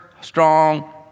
strong